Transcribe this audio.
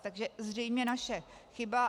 Takže zřejmě naše chyba.